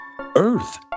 Earth